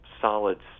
solids